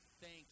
Thank